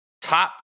top